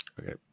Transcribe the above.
Okay